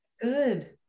good